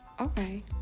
Okay